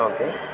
okay